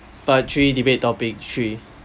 part three debate topic three